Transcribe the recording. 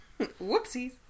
Whoopsies